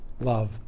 love